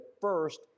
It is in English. first